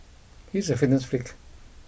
he is a fitness freak